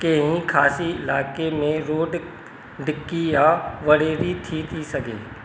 केईं ख़ांसी इलाइक़े में रोड ॾिघी या वडेरी थी थी सघे